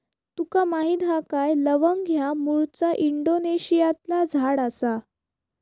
तुका माहीत हा काय लवंग ह्या मूळचा इंडोनेशियातला झाड आसा